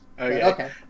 Okay